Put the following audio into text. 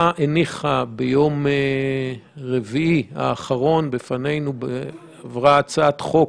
ביום רביעי האחרון, עברה הצעת חוק